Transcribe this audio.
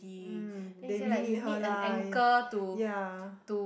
um they really need her lah ya